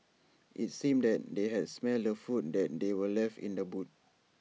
IT seemed that they had smelt the food that were left in the boot